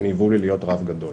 וניבאו לי שאהיה רב גדול.